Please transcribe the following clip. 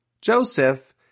Joseph